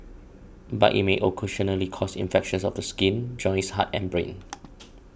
but it may occasionally cause infections of the skin joints heart and brain